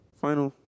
Final